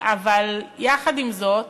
אבל יחד עם זאת,